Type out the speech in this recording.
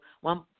one